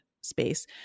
space